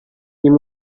این